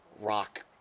rock